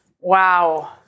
Wow